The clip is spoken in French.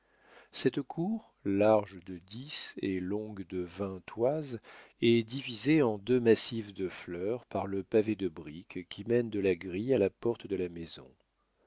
cette cour large de dix et longue de vingt toises est divisée en deux massifs de fleurs par le pavé de brique qui mène de la grille à la porte de la maison